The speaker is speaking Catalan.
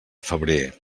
febrer